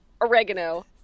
Oregano